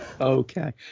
okay